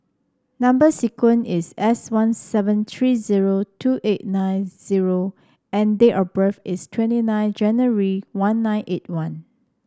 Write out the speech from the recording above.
number sequence is S one seven three zero two eight nine zero and date of birth is twenty nine January one nine eight one